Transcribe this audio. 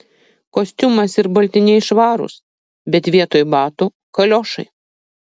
kostiumas ir baltiniai švarūs bet vietoj batų kaliošai